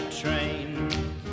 train